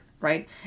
Right